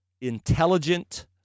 intelligent